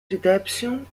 redemption